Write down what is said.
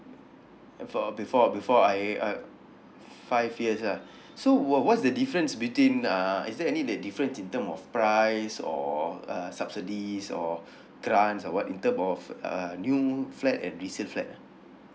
for before before I uh five years lah so what what's the difference between uh is there any like difference in term of price or uh subsidies or grants or what in term of uh new flat and resale flat ah